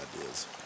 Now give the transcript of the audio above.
ideas